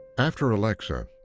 after alexa,